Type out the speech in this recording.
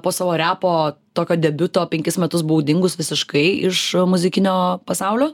po savo repo tokio debiuto penkis metus buvau dingus visiškai iš muzikinio pasaulio